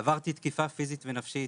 עברתי תקיפה פיזית ונפשית,